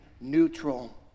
neutral